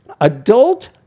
adult